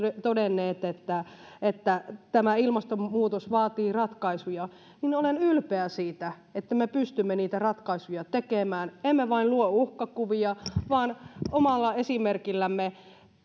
todenneet että että tämä ilmastonmuutos vaatii ratkaisuja niin olen ylpeä siitä että me pystymme niitä ratkaisuja tekemään emme vain luo uhkakuvia vaan omalla esimerkillämme